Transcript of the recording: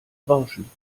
rauschen